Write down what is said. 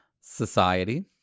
society